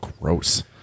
Gross